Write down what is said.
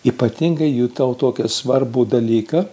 ypatingai jutau tokį svarbų dalyką